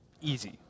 easy